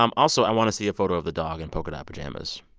um also, i want to see a photo of the dog in polka-dot pajamas.